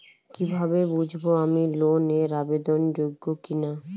কীভাবে বুঝব আমি লোন এর আবেদন যোগ্য কিনা?